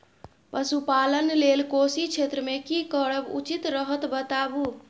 पशुपालन लेल कोशी क्षेत्र मे की करब उचित रहत बताबू?